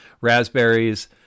raspberries